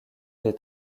des